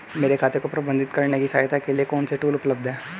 मेरे खाते को प्रबंधित करने में सहायता के लिए कौन से टूल उपलब्ध हैं?